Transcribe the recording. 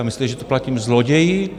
Myslíte, že to platím zloději?